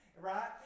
right